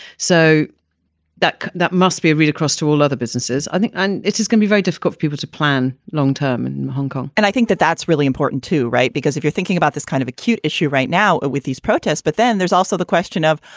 so that that must be read across to all other businesses. i think and it is can be very difficult for people to plan long term in hong kong and i think that that's really important, too. right. because if you're thinking about this kind of acute issue right now ah with these protests, but then there's also the question of.